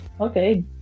Okay